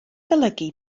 golygu